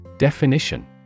Definition